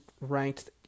ranked